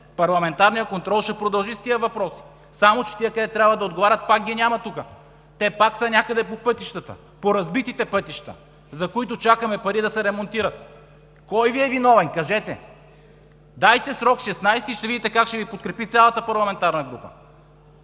Парламентарният контрол ще продължи с тези въпроси, само че тези, които трябва да отговарят, пак ги няма тук. Те пак са някъде по пътищата, по разбитите пътища, за които чакаме пари да се ремонтират. Кой Ви е виновен, кажете? Дайте срок 16-и и ще видите как ще Ви подкрепи цялата парламентарна група.